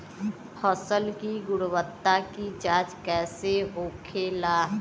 फसल की गुणवत्ता की जांच कैसे होखेला?